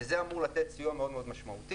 וזה אמור לתת סיוע מאוד מאוד משמעותי.